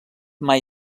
mai